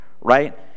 right